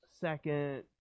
second